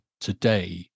today